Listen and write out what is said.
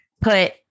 put